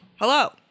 Hello